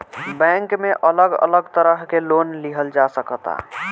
bank में अलग अलग तरह के लोन लिहल जा सकता